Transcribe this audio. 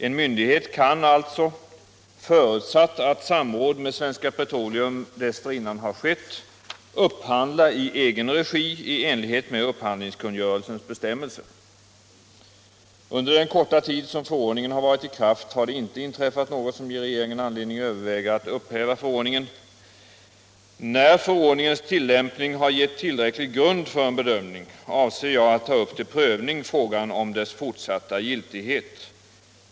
En myndighet kan alltså, förutsatt att samråd med Svenska Petroleum dessförinnan har skett, upphandla i egen regi i enlighet med upphandlingskungörelsens bestämmelser. Under den korta tid som förordningen har varit i kraft har det inte inträffat något som ger regeringen anledning överväga att upphäva förordningen. När förordningens tillämpning har gett tillräcklig grund för en bedömning avser jag att ta upp till prövning frågan om dess fortsatta giltighet.